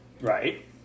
Right